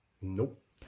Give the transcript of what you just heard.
Nope